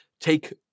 take